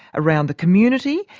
around the community,